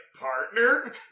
partner